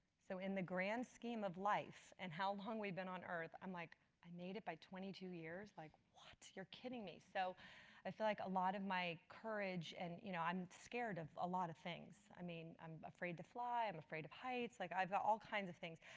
so in the grand scheme of life and how long we've been on earth, i'm like i made it by twenty two years. i'm like, what, you're kidding me. so i feel like a lot of my courage, and you know i'm scared of a lot of things. i mean, i'm afraid to fly. i'm afraid of heights. heights. like i've got all kinds of things.